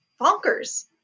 bonkers